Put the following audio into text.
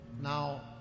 now